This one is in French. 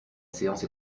séance